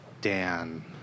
Dan